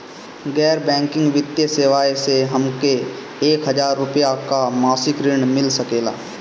गैर बैंकिंग वित्तीय सेवाएं से हमके एक हज़ार रुपया क मासिक ऋण मिल सकेला?